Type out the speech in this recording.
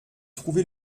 trouvez